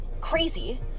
crazy